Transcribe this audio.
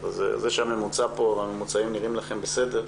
זה שהממוצעים נראים לכם בסדר,